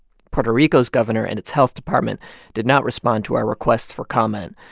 puerto rico's governor and its health department did not respond to our requests for comment.